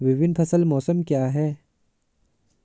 विभिन्न फसल मौसम क्या हैं?